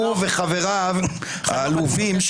הוא וחבריו העלובים,